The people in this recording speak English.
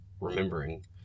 remembering